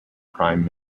prime